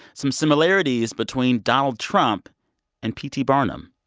some similarities between donald trump and p t. barnum.